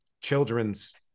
children's